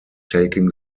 taking